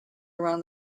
around